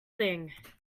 thing